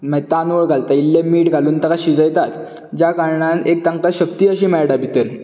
मागीर तांदूळ घालता इल्लें मीट घालून ताका शिजयतात ज्या कारणान एक तांकां शक्ती अशी मेळटा भितर